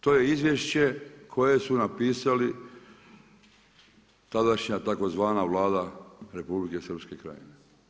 To je izvješće koje su napisali, tadašnja tzv. Vlada Republike Srpske Krajine.